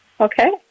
Okay